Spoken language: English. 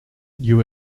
you